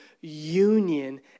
union